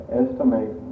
estimate